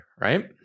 right